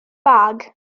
bag